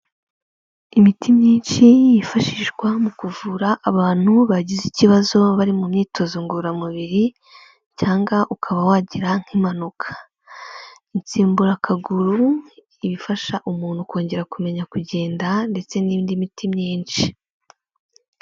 Imiti myinshi yifashishwa mu kuvura abantu bagize ikibazo bari mu myitozo ngororamubiri cyangwa ukaba wagira nk'impanuka, insimburakaguru, ibifasha umuntu kongera kumenya kugenda ndetse n'indi miti myinshi.